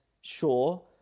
Sure